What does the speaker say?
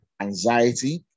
anxiety